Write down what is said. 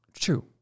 True